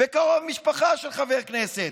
בקרוב משפחה של חבר כנסת.